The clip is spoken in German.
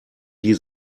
die